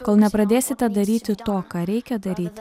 kol nepradėsite daryti to ką reikia daryti